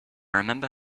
remember